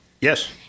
Yes